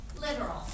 literal